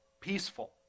peaceful